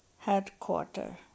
headquarter